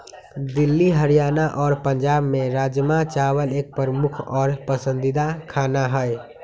दिल्ली हरियाणा और पंजाब में राजमा चावल एक प्रमुख और पसंदीदा खाना हई